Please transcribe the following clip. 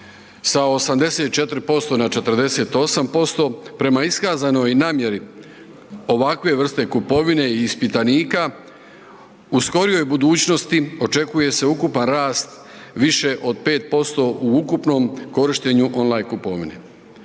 sa 84% na 48% prema iskazanoj namjeri ovakve vrste kupovine i ispitanika u skorijoj budućnosti očekuje se ukupan rast više od 5% u ukupnom korištenju on line kupovine.